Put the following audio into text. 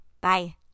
Bye